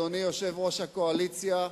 אדוני יושב-ראש הקואליציה,